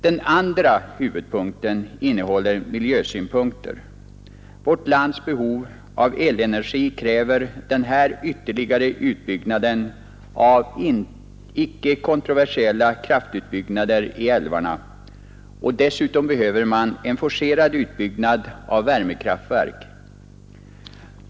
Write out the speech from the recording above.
Den andra huvudpunkten innehåller miljösynpunkter. Vårt lands behov av elenergi kräver denna ytterligare utbyggnad av icke kontroversiella projekt i älvarna och dessutom en forcerad utbyggnad av värmekraftverk.